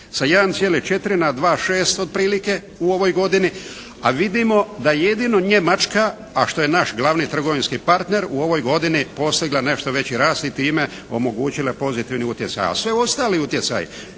sa 1,4 na 2,6 otprilike u ovoj godini, a vidimo da jedino Njemačka, a što je naš glavni trgovinski partner u ovoj godini postigla nešto veći rast i time omogućila pozitivni utjecaj, a svi ostali utjecaji,